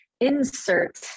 insert